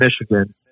Michigan